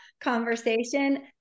conversation